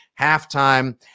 halftime